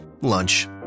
Lunch